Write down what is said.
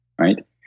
right